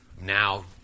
now